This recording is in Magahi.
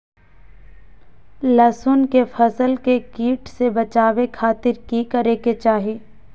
लहसुन के फसल के कीट से बचावे खातिर की करे के चाही?